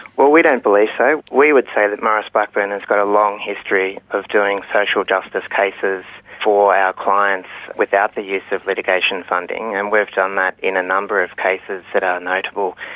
well, we don't believe so. we would say that maurice blackburn has got a long history of doing social justice cases for our clients without the use of litigation funding, and we've done that in a number of cases that are notable.